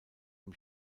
dem